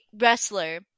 wrestler